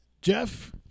Jeff